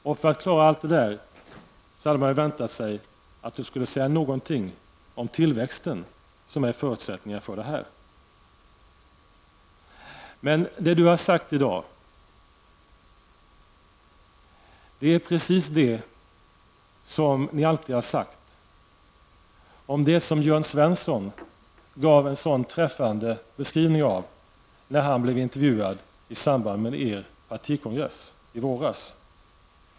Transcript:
Man hade väntat sig att Lars-Ove Hagberg, för att klara allt detta, skulle ha sagt någonting om tillväxten, som är förutsättningen för detta. Det Lars-Ove Hagberg har sagt i dag är precis det som ni alltid har sagt. Jörn Svensson gav detta en sådan träffande beskrivning när han blev intervjuad i samband med er partikongress i våras.